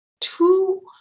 two